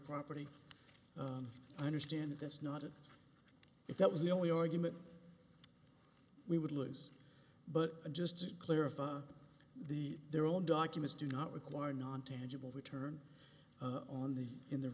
property i understand that's not it if that was the only argument we would lose but just to clarify the their own documents do not require non tangible return of on the in the